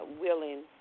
willing